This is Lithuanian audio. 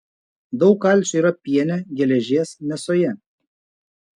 daug kalcio yra piene geležies mėsoje